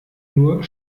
nur